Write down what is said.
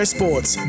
Sports